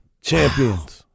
Champions